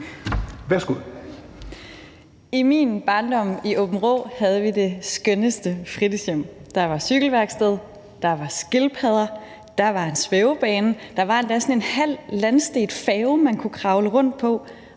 I min barndom i Aabenraa havde vi det skønneste fritidshjem. Der var cykelværksted, der var skildpadder, der var en svævebane, og der var endda sådan en halv landstedt færge, man kunne kravle rundt på,